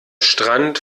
strand